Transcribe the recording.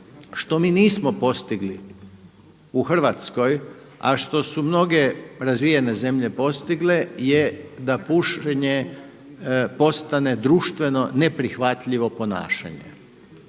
što mi nismo postigli u Hrvatskoj, a što su mnoge razvijene zemlje postigle je da pušenje postane društveno neprihvatljivo ponašanje.